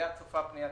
בראייה צופה פני עתיד.